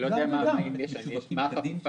הכוונה